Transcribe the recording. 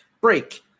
Break